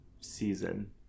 season